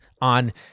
on